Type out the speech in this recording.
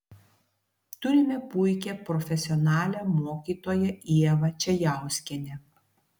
turime puikią profesionalią mokytoją ievą čejauskienę